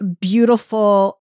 beautiful